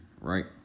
right